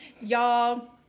Y'all